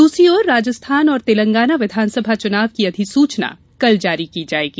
दूसरी ओर राजस्थान और तेलंगाना विधानसभा चुनाव की अधिसूचना कल जारी की जायेगी